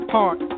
Heart